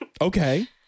Okay